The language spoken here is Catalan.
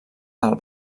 del